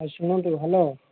ହଁ ଶୁଣନ୍ତୁ ହ୍ୟାଲୋ